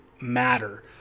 matter